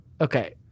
Okay